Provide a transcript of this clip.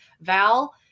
Val